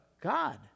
God